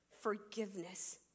forgiveness